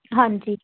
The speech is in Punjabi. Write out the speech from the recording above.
ਹਾਂਜੀ